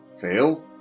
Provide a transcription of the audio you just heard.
Fail